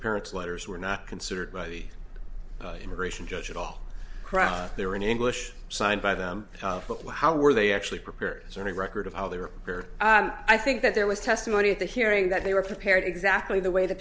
parents letters were not considered by the immigration judge at all they were in english signed by them but wow were they actually prepared sort of record of how they were i think that there was testimony at the hearing that they were prepared exactly the way t